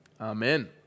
Amen